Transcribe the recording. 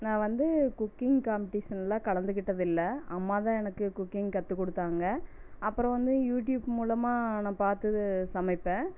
நான் வந்து குக்கிங் காம்பட்டீஷன்லாம் கலந்துக்கிட்டதில்லை அம்மா தான் எனக்கு குக்கிங் கற்றுக் கொடுத்தாங்க அப்புறம் வந்து யூடியூப் மூலமாக நான் பார்த்து சமைப்பேன்